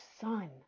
son